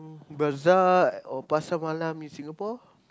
bazaar or Pasar Malam in Singapore